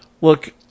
Look